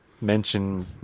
mention